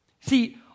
See